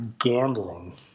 gambling